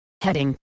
heading